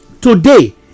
Today